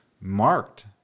marked